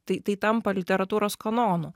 tai tai tampa literatūros kanonu